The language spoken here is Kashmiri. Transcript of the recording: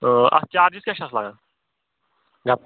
اَتھ چارجِز کیٛاہ چھِ اَتھ لَگان